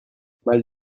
mal